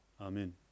Amen